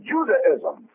Judaism